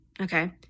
okay